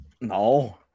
No